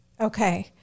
Okay